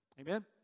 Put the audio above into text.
Amen